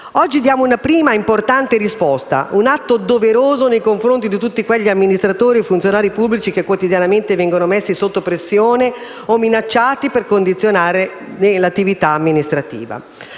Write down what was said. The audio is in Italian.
Oggi diamo una prima importante risposta, un atto doveroso nei confronti di tutti quegli amministratori e funzionari pubblici che quotidianamente vengono messi sotto pressione o minacciati per condizionarne l'attività amministrativa.